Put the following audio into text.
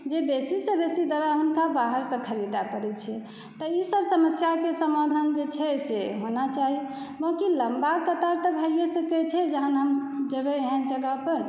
जे बेसीसँ बेसी दवाइ हुनका बाहरसँ खरीदए पड़ै छै सभ समस्याके समाधान जे छै से होना चाही बाँकि लम्बा कतार तऽ भए सकै छै जहन हम जेबै एहन जगह पर